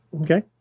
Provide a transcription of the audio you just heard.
Okay